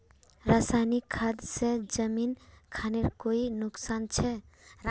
रासायनिक खाद से जमीन खानेर कोई नुकसान छे?